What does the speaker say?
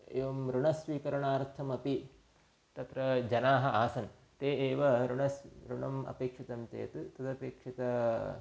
एवम ऋणस्वीकरणार्थमपि तत्र जनाः आसन् ते एव ऋणस् ऋणम् अपेक्षितं चेत् तदपेक्षितं